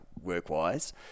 work-wise